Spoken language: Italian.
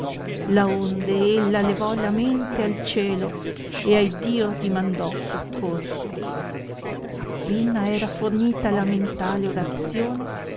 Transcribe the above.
poteva laonde ella levò la mente al cielo ed a iddio dimandò soccorso appena era fornita la mentale orazione